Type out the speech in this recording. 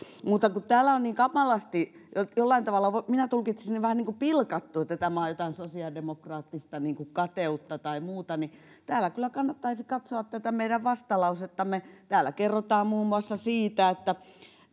täällä on niin kamalasti jollain tavalla minä tulkitsen sen vähän niin kuin pilkattu että tämä on jotain sosiaalidemokraattista kateutta tai muuta mutta täällä kyllä kannattaisi katsoa tätä meidän vastalausettamme täällä kerrotaan muun muassa siitä että